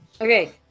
Okay